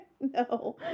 No